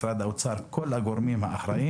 משרד האוצר וכל הגורמים האחרים